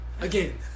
Again